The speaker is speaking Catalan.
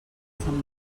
sant